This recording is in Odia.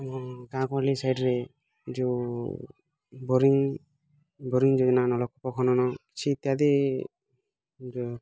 ଆମ ଗାଁ ଗହଲି ସାଇଡ଼୍ରେ ଯେଉଁ ବୋରିଂ ବୋରିଂ ଯେଉଁ ନା ନଳକୂପ ଖନନ କିଛି ଇତ୍ୟାଦି ଯେଉଁ